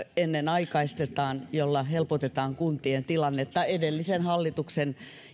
ennenaikaistetaan millä helpotetaan kuntien tilannetta edellisen hallituksen